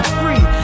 free